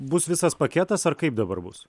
bus visas paketas ar kaip dabar bus